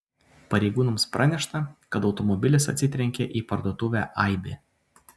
pareigūnams pranešta kad automobilis atsitrenkė į parduotuvę aibė